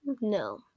No